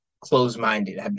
close-minded